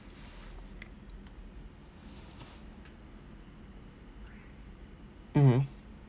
mmhmm